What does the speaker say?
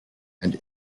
and